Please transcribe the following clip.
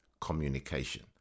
communication